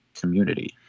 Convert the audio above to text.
Community